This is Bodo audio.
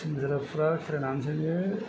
थिन बोसोर फुरा खेराइनानैसो बियो